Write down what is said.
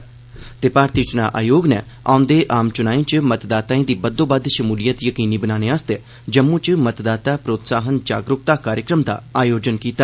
भारती चुना आयोग नै आओंदे आम चुनाएं च मतदाताएं दी बद्दोबद्द षमूलियत यकीनी बनाने आस्तै जम्मू च मतदाता प्रोत्साहन जागरूकता कार्यक्रम दा आयोजन कीता